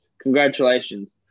congratulations